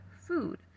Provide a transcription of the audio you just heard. food